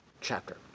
chapter